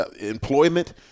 employment